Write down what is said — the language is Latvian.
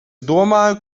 domāju